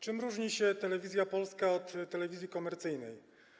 Czym różni się Telewizja Polska od telewizji komercyjnej?